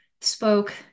spoke